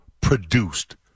produced